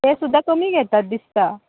ते सुद्दां कमी घेतात दिसता